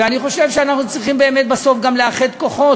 ואני חושב שאנחנו צריכים באמת בסוף גם לאחד כוחות